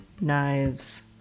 knives